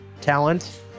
talent